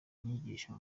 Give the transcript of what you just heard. inyigisho